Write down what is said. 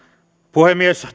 puhemies